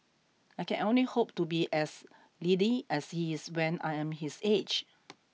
I can only hope to be as lithe as he is when I am his age